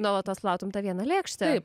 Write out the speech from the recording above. nuolatos plautum tą vieną lėkštę